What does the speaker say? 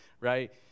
right